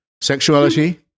Sexuality